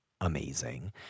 amazing